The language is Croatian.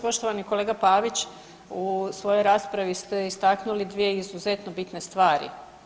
Poštovani kolega Pavić, u svojoj raspravi ste istaknuli dvije izuzetno bitne stvari.